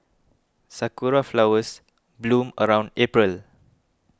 sakura flowers bloom around April